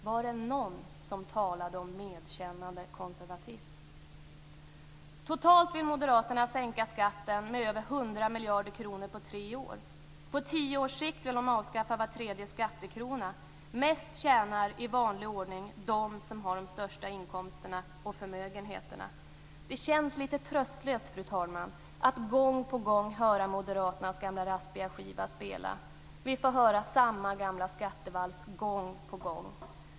Var det någon som talade om medkännande konservatism? Totalt vill moderaterna sänka skatten med över 100 miljarder kronor på tre år. På tio års sikt vill de avskaffa var tredje skattekrona. Mest tjänar, i vanlig ordning, de som har de största inkomsterna och förmögenheterna. Det känns lite tröstlöst, fru talman, att gång på gång höra moderaternas gamla raspiga skiva spelas. Vi får höra samma gamla skattevals gång på gång.